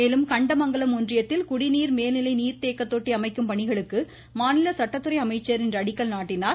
மேலும் கண்டமங்கலம் ஒன்றியத்தில் குடிநீர் மேல்நிலை நீர்த்தேக்க தொட்டி அமைக்கும் பணிகளுக்கு மாநில சட்டத்துறை அமைச்சர் இன்று அடிக்கல் நாட்டினார்